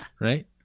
Right